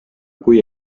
kui